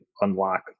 unlock